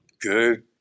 good